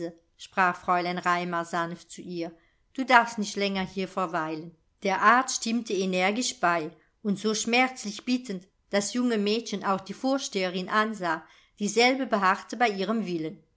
sprach fräulein raimar sanft zu ihr du darfst nicht länger hier verweilen der arzt stimmte energisch bei und so schmerzlich bittend das junge mädchen auch die vorsteherin ansah dieselbe beharrte bei ihrem willen